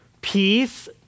peace